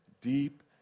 deep